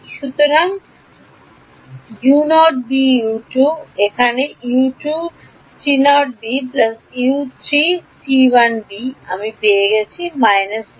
সুতরাং এখানে আমি পেয়ে যাব